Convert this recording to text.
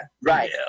right